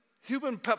human